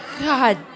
God